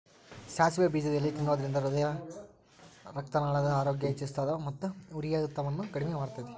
ಸಾಸಿವೆ ಬೇಜದ ಎಲಿ ತಿನ್ನೋದ್ರಿಂದ ಹೃದಯರಕ್ತನಾಳದ ಆರೋಗ್ಯ ಹೆಚ್ಹಿಸ್ತದ ಮತ್ತ ಉರಿಯೂತವನ್ನು ಕಡಿಮಿ ಮಾಡ್ತೆತಿ